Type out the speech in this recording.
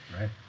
Right